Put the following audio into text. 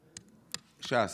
ש"ס.